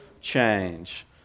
change